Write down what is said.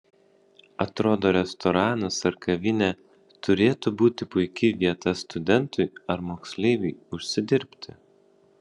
atrodo restoranas ar kavinė turėtų būti puiki vieta studentui ar moksleiviui užsidirbti